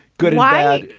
good. wired.